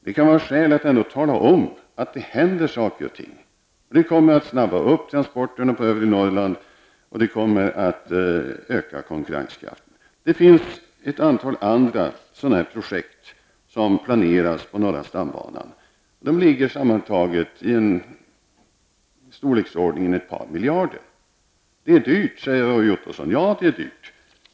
Den kommer att snabba upp transporterna på övre Norrland, och den kommer att öka konkurrenskraften. Det kan ändå vara skäl att tala om att det händer saker och ting. Det planeras ett antal andra sådana projekt på norra stambanan. De kostar sammanlagt i storleksordningen ett par miljarder kronor. Det är dyrt, säger Roy Ottosson. Ja, det är dyrt.